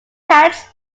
cats